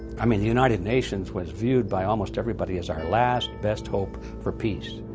i mean the united nations was viewed by almost everybody. as our last best hope for peace.